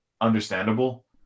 understandable